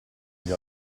gli